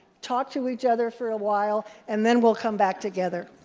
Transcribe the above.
talk to each other for a while, and then we'll come back together.